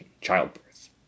childbirth